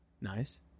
Nice